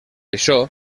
això